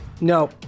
No